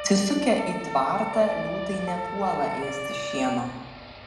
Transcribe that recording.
įsisukę į tvartą liūtai nepuola ėsti šieno